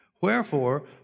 wherefore